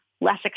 less